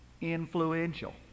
influential